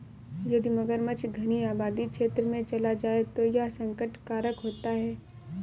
यदि मगरमच्छ घनी आबादी क्षेत्र में चला जाए तो यह संकट कारक होता है